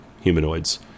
humanoids